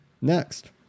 next